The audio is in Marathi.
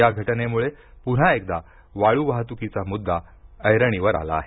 या घटनेमुळे पुन्हा एकदा वाळु वाहतुकीचा मुद्दा एरणीवर आला आहे